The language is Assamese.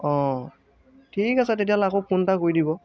অঁ ঠিক আছে তেতিয়াহ'লে আকৌ ফোন এটা কৰি দিব